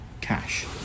cash